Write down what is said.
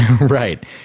Right